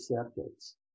acceptance